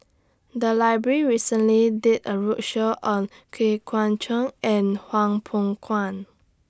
The Library recently did A roadshow on Yeun Thong and Hwang Peng